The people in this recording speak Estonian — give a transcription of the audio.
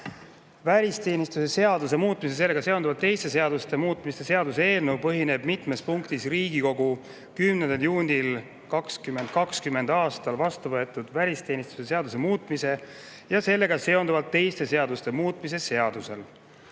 Välisteenistuse seaduse muutmise ja sellega seonduvalt teiste seaduste muutmise seaduse eelnõu põhineb mitmes punktis Riigikogu 10. juunil 2020. aastal vastu võetud välisteenistuse seaduse muutmise ja sellega seonduvalt teiste seaduste muutmise seadusel.